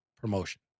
promotion